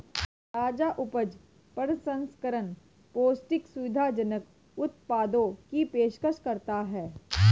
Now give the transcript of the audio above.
ताजा उपज प्रसंस्करण पौष्टिक, सुविधाजनक उत्पादों की पेशकश करता है